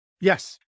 Yes